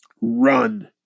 run